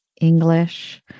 English